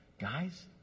guys